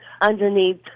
underneath